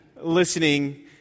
listening